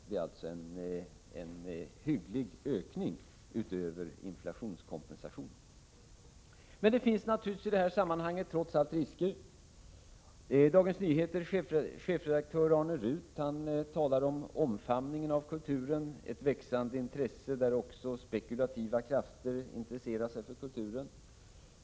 Det är alltså en hygglig ökning utöver inflationskompensationen. Men det finns naturligtvis trots allt risker. Dagens Nyheters chefredaktör Arne Ruth talar om omfamningen av kulturen, ett växande intresse där också spekulativa krafter intresserar sig för kulturen.